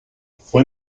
fue